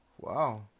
Wow